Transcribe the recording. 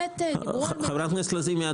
חברת הכנסת לזימי,